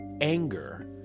Anger